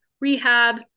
rehab